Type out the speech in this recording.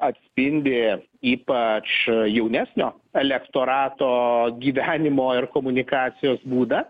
atspindi ypač jaunesnio elektorato gyvenimo ir komunikacijos būdą